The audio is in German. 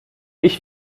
ich